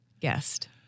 guest